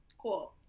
cool